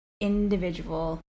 individual